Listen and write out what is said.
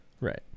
right